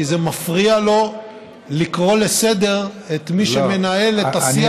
כי זה מפריע לו לקרוא לסדר את מי שמנהל את השיח הלא-לגיטימי.